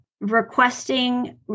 requesting